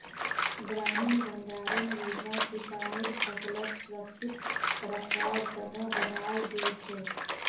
ग्रामीण भंडारण योजना किसानेर फसलक सुरक्षित रखवार त न बनाल गेल छेक